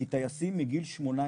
כי טייסים מגיל 18